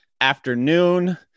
afternoon